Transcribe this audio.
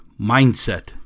mindset